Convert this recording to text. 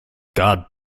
god